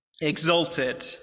exalted